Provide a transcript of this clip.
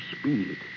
speed